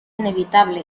inevitable